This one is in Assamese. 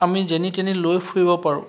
আমি যেনি তেনি লৈ ফুৰিব পাৰোঁ